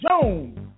jones